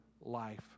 life